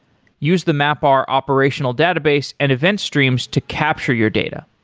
use the mapr operational database and event streams to capture your data.